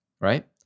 right